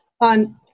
on